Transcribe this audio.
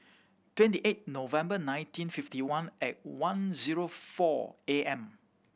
twenty eight November nineteen fifty one at one zero four A M